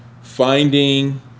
finding